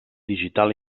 digital